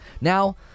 Now